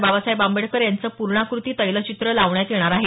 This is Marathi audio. बाबासाहेब आंबेडकर यांचं पूर्णाकृती तैलचित्र लावण्यात येणार आहे